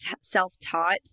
self-taught